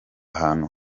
hantu